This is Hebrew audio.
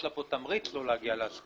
יש לה פה תמריץ לא להגיע להסכמה.